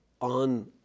on